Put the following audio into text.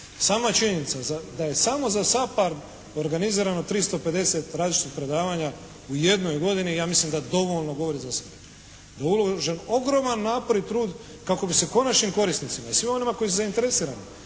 Sama činjenica da je samo za SAPARD organizirano 350 različitih predavanja u jednoj godini ja mislim da dovoljno govori za sve, da je uložen ogroman napor i trud kako bi se konačnim korisnicima i svim onima koji su zainteresirani